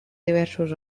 diversos